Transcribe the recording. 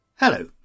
Hello